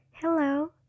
Hello